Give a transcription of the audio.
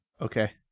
Okay